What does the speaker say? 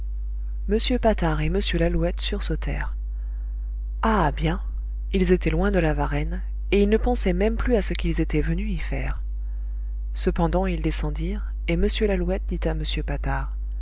m patard et m lalouette sursautèrent ah bien ils étaient loin de la varenne et ils ne pensaient même plus à ce qu'ils étaient venus y faire cependant ils descendirent et m lalouette dit à m patard